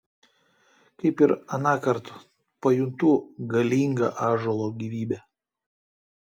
kaip ir anąkart pajuntu galingą ąžuolo gyvybę